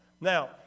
Now